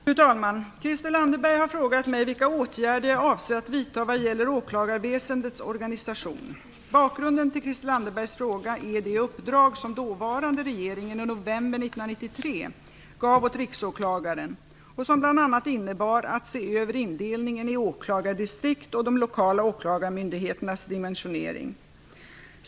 Fru talman! Christel Anderberg har frågat mig vilka åtgärder jag avser att vidta vad gäller åklagarväsendets organisation. Bakgrunden till Christel Anderbergs fråga är det uppdrag som dåvarande regeringen i november 1993 gav åt Riksåklagaren, vilket bl.a. innebar att se över indelningen i åklagardistrikt och de lokala åklagarmyndigheternas dimensionering.